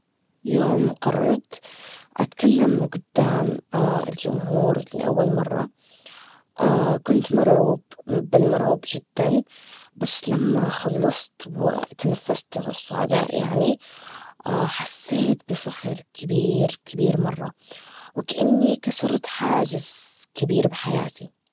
يوم قررت أتكلم قدام الجمهور لأول مرة, كنت مرعوب, بل مرعوب جداً, بس لما خلصت وتنفست الصعداء يعني, حسيت بفخر كبير, كبير مرة, وكأني كسرت حاجز كبير بحياتي.